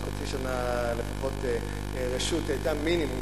ועוד חצי שנה לפחות רשות היתה מינימום,